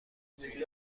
وجود